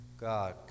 God